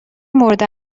مورد